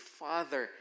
father